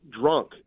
drunk